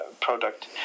product